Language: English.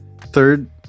third